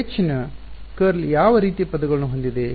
H ನ curl ಯಾವ ರೀತಿಯ ಪದಗಳನ್ನು ಹೊಂದಿದೆ